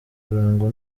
kurangwa